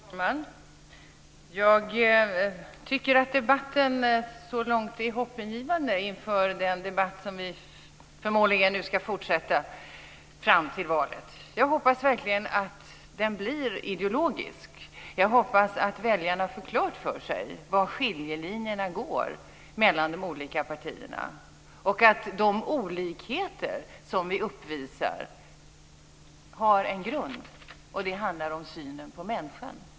Fru talman! Jag tycker att debatten så här långt är hoppingivande med tanke på att vi ska fortsätta att debattera fram till valet. Jag hoppas verkligen att den debatten blir ideologisk. Jag hoppas att väljarna får klart för sig var skiljelinjerna går mellan de olika partierna och att de olikheter som vi uppvisar har en grund. Det handlar om synen på människan.